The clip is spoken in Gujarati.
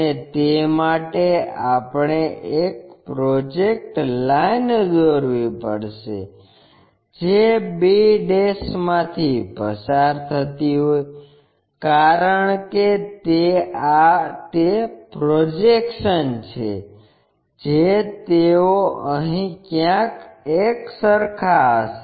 અને તે માટે આપણે એક પ્રોજેક્ટર લાઇન દોરવી પડશે જે b માંથી પસાર થતી હોય કારણ કે આ તે પ્રોજેકશન છે જે તેઓ અહીં ક્યાંક એક સરખા હશે